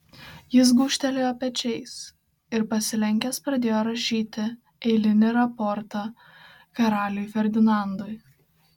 jis gūžtelėjo pečiais ir pasilenkęs pradėjo rašyti eilinį raportą karaliui ferdinandui